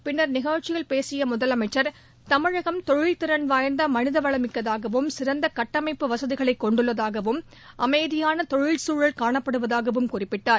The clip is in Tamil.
பின்னா் நிகழ்ச்சியில் பேசிய முதலமைச்சா் தமிழகம் தொழில் திறன் வாய்ந்த மனித வளமிக்கதாகவும் சிறந்த கட்டமைப்பு வசதிகளைக் கொண்டுள்ளதாகவும் அமைதியான தொழில் சூழல் காணப்படுவதாகவும் குறிப்பிட்டார்